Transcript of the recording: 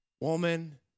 woman